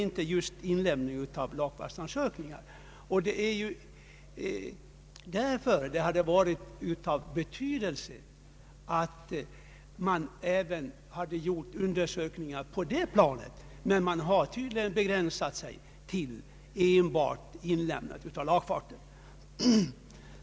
Det hade därför varit av betydelse att göra undersökningar även på det planet, men man har tydligen begränsat sig till enbart inlämnandet av lagfarter.